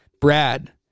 brad